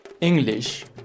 English